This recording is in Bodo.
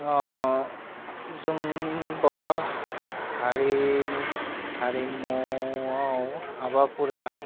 जों बर' हारिनि हारिमुवाव हाबाफोरा